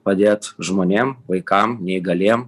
padėt žmonėm vaikam neįgaliem